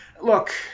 Look